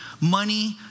Money